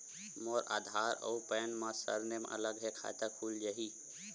मोर आधार आऊ पैन मा सरनेम अलग हे खाता खुल जहीं?